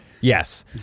Yes